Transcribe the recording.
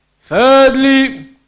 Thirdly